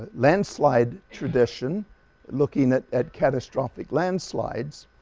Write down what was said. landslide tradition looking at at catastrophic landslides.